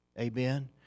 Amen